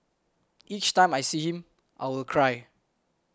each time I see him I will cry